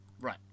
Right